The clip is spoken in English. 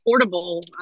affordable